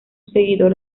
seguidor